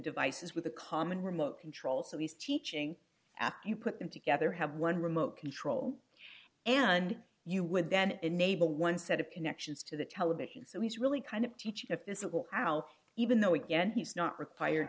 devices with a common remote control so he's teaching after you put them together have one remote control and you would then enable one set of connections to the television so he's really kind of teaching a physical how even though again he's not required